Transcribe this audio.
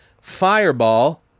fireball